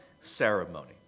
ceremony